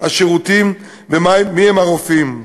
השירותים ומיהם הרופאים.